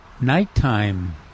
nighttime